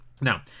Now